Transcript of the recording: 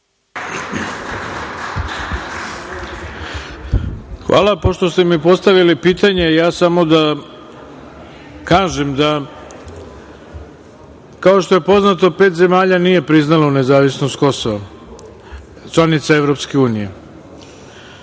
Hvala. Pošto ste mi postavili pitanje, samo da kažem da, kao što je poznato, pet zemalja nije priznalo nezavisnost Kosova, članica EU. Kako neko